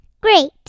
Great